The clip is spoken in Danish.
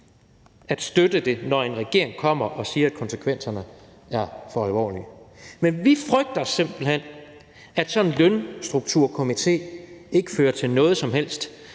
at støtte det, når en regering kommer og siger, at konsekvenserne er for alvorlige. Men vi frygter simpelt hen, at sådan en lønstrukturkomité ikke fører til noget som helst,